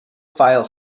file